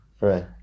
Right